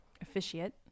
officiate